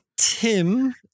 Tim